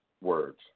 words